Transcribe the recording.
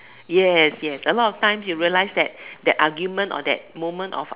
yes yes a lot of times you realise that that argument or that moment of